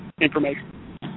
information